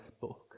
book